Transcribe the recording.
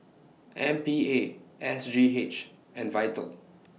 M P A S G H and Vital